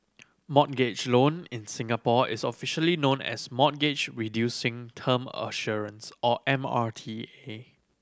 mortgage loan in Singapore is officially known as Mortgage Reducing Term Assurance or M R T A